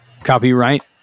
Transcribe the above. copyright